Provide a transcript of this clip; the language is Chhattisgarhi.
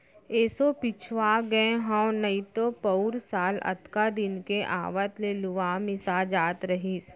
एसो पिछवा गए हँव नइतो पउर साल अतका दिन के आवत ले लुवा मिसा जात रहिस